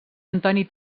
antoni